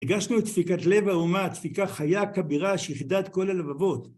הרגשנו את דפיקת לב האומה, דפיקה חיה, כבירה, שאיחדה את כל הלבבות.